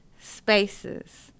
spaces